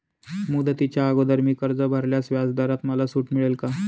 मुदतीच्या अगोदर मी कर्ज भरल्यास व्याजदरात मला सूट मिळेल का?